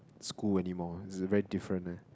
school anymore it's very different eh